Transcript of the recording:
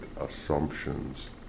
assumptions